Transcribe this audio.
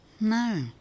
No